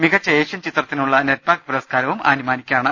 മികച്ച ഏഷ്യൻ ചിത്രത്തിനുള്ള നെറ്റ്പാക് പുരസ്കാ രവും ആനിമാനിക്കാണ്